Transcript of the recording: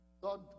God